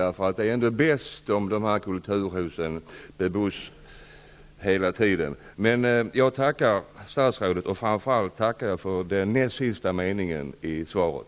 Det är ändock bäst om dessa kulturhus bebos hela tiden. Men jag tackar statsrådet, och jag tackar framför allt för den näst sista meningen i det skrivna svaret.